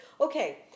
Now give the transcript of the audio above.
Okay